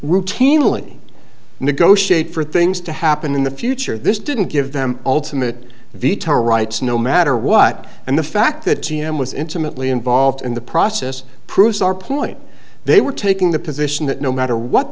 routinely negotiate for things to happen in the future this didn't give them ultimate veto rights no matter what and the fact that g m was intimately involved in the process proves our point they were taking the position that no matter what